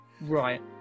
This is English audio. Right